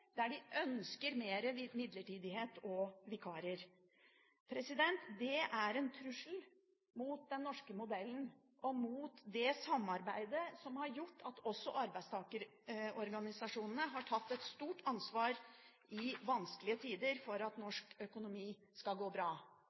der de ønsker mer midlertidighet og vikarer. Det er en trussel mot den norske modellen og mot det samarbeidet som har gjort at også arbeidstakerorganisasjonene har tatt et stort ansvar i vanskelige tider for at norsk økonomi skal gå bra.